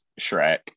Shrek